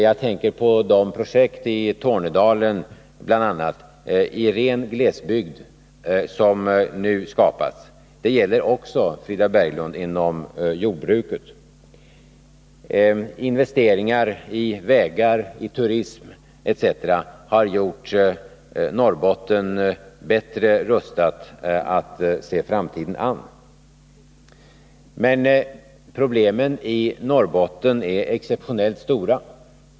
Jag tänker bl.a. på de projekt i Tornedalen, dvs. i ren glesbygd, som nu har tillkommit. Samma förhållande gäller, Frida Berglund, inom jordbruket. Investeringar i vägar, turism etc. har vidare gjort Norrbotten bättre rustat att se framtiden an. Men problemen i Norrbotten är exceptionellt stora.